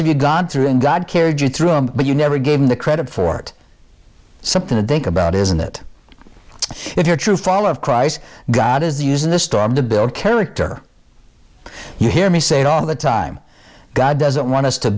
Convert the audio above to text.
have you gone through in god carried you through him but you never gave him the credit for something to think about isn't it if your true follower of christ god is using the storm to build character you hear me say all the time god doesn't want us to